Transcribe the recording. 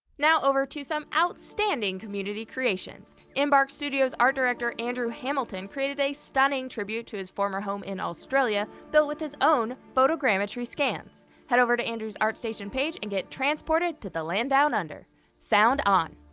now over to some outstanding community creations embark studios art director andrew hamilton created a stunning tribute to his former home in australia, built with his own photogrammetry scans. head over to andrew's artstation page and get transported to the land down under sound on!